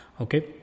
Okay